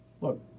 look